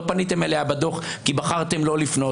לא פניתם אליה בדוח כי בחרתם לא לפנות,